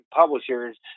publishers